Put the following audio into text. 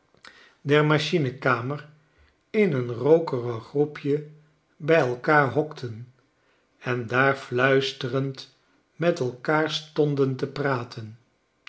der machinekamer in een rookerig groepje bij elkaar hokten en daar fluisterend met elkaar stonden te praten